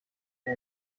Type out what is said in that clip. der